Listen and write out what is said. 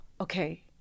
okay